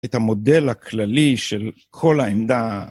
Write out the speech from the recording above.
את המודל הכללי של כל העמדה.